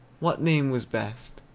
what name was best,